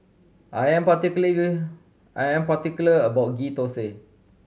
I am I am particular about Ghee Thosai